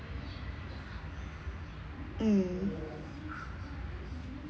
mm